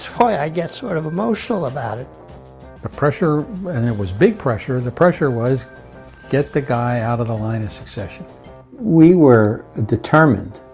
why i get sort of emotional about it the ah pressure and it was big pressure the pressure was get the guy out of the line of succession we were ah determined.